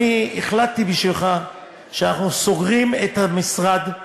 אני החלטתי בשבילך שאנחנו סוגרים את המשרד,